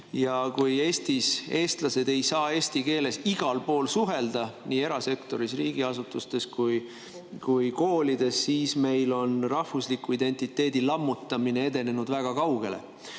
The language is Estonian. Eestis eestlased ei saa eesti keeles igal pool, nii erasektoris, riigiasutustes kui koolides, suhelda, siis meil on rahvusliku identiteedi lammutamine edenenud väga kaugele.